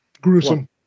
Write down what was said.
gruesome